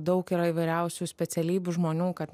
daug yra įvairiausių specialybių žmonių kad